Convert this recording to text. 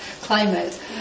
climate